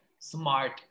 smart